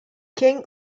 king